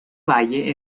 valle